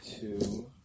Two